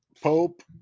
Pope